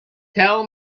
tell